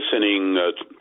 listening